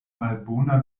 malbona